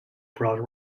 brought